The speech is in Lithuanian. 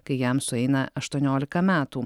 kai jam sueina aštuoniolika metų